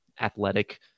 athletic